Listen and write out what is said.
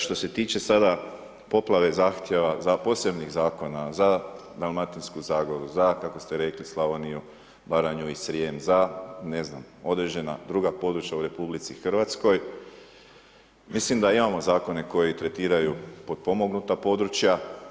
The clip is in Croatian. Što se tiče sada poplave, zahtjeva za posebnih zakona, za Dalmatinsku zagoru, za kako ste rekli Slavoniju, Baranju i Srijem, za ne znam, određena druga područja u Republici Hrvatskoj, mislim da imamo zakone koji tretiraju potpomognuta područja.